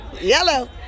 yellow